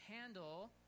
handle